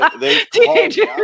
Teenagers